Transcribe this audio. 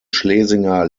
schlesinger